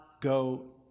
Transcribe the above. go